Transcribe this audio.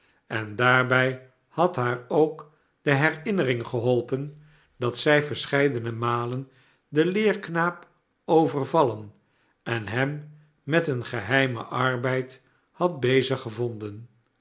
en daarbij had haar ook de herinnering geholpen dat zij verscheidene malen den leerknaap overvallen en hem met een geheimen arbeid had bezig gevonden